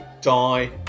Die